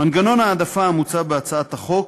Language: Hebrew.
מנגנון ההעדפה המוצע בהצעת החוק,